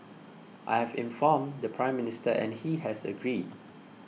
I have informed the Prime Minister and he has agreed